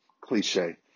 cliche